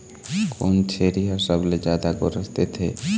कोन छेरी हर सबले जादा गोरस देथे?